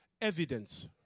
evidence